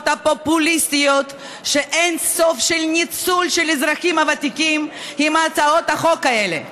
הפופוליסטיות של אין-סוף ניצול של האזרחים הוותיקים עם הצעות החוק האלה.